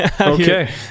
Okay